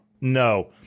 No